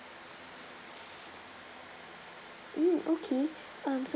mm okay err so